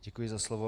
Děkuji za slovo.